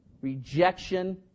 rejection